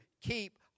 keep